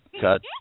Cut